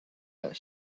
that